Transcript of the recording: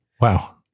Wow